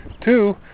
two